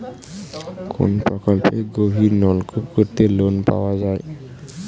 কোন প্রকল্পে গভির নলকুপ করতে লোন পাওয়া য়ায়?